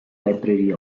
library